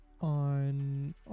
on